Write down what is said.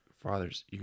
father's